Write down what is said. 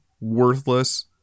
worthless